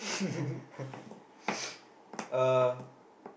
uh